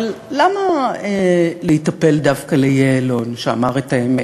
אבל למה להיטפל דווקא ליעלון, שאמר את האמת?